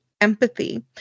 empathy